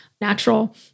natural